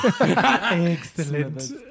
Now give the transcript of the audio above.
Excellent